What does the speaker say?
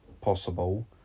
possible